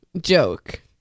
joke